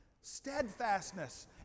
steadfastness